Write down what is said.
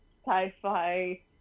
sci-fi